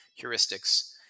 heuristics